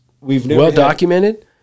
Well-documented